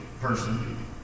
person